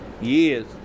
years